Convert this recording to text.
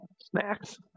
Snacks